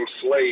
slate